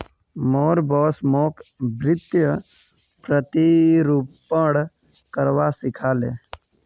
मोर बॉस मोक वित्तीय प्रतिरूपण करवा सिखा ले